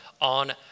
on